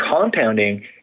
compounding